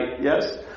yes